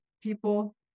people